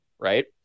right